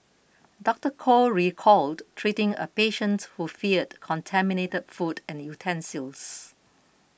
Doctor Koh recalled treating a patient who feared contaminated food and utensils